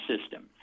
system